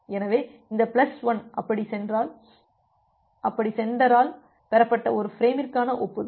எனவே இந்த பிளஸ் 1 அப்படி சென்டரால் பெறப்பட்ட ஒரு ஃபிரேமிற்கான ஒப்புதல்